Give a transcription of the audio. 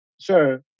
sure